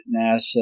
NASA